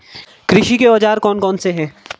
कृषि के औजार कौन कौन से हैं?